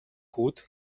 хүүд